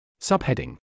Subheading